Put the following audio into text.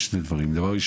הוא מעדיף לא לחשוב על זה.